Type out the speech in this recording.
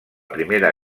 primera